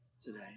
today